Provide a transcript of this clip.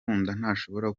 ntashobora